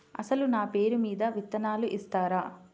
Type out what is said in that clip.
అసలు నా పేరు మీద విత్తనాలు ఇస్తారా?